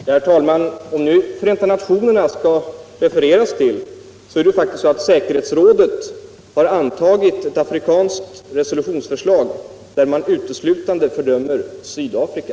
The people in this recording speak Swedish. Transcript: Herr talman! Om det nu skall refereras till Förenta nationerna vill jag säga att det faktiskt är så att säkerhetsrådet har antagit ett afrikanskt resolutionsförslag, där man som enda nation fördömer Sydafrika.